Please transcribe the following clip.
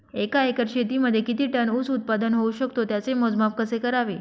एका एकर शेतीमध्ये किती टन ऊस उत्पादन होऊ शकतो? त्याचे मोजमाप कसे करावे?